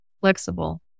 flexible